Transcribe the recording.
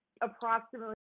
approximately